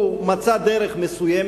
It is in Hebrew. הוא מצא דרך מסוימת.